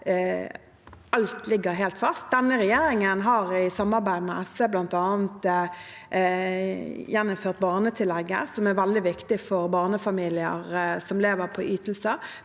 alt ligger helt fast. Denne regjeringen har i samarbeid med SV bl.a. gjeninnført barnetillegget, som er veldig viktig for barnefamilier som lever på ytelser.